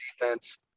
defense